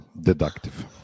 deductive